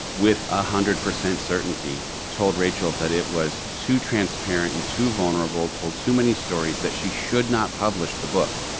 with one ah hundred percent certainty told rachel that it was too transparent and too vulnerable, told too many stories that she should not publish the book.